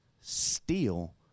steal